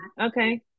Okay